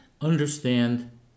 understand